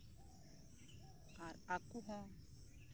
ᱟᱨ ᱟᱠᱚ ᱦᱚᱸ